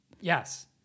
Yes